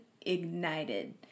ignited